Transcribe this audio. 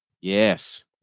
yes